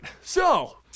So-